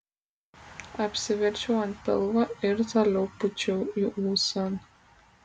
apsiverčiau ant pilvo ir toliau pūčiau į ūsą